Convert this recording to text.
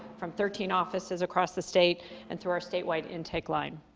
from thirteen offices across the state and through our statewide intake line.